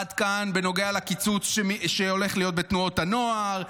עד כאן בנוגע לקיצוץ שהולך להיות בתנועות הנוער,